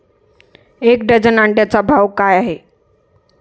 एक डझन अंड्यांचा भाव काय आहे?